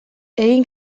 egin